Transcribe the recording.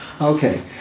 Okay